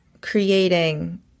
creating